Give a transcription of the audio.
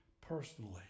personally